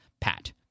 pat